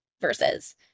versus